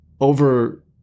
Over